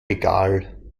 egal